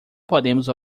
podemos